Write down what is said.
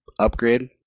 upgrade